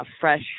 fresh